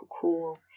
Cool